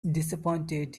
disappointed